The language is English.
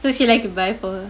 so she like to buy for her